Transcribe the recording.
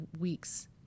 weeks